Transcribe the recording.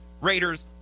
Raiders